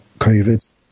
covid